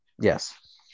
yes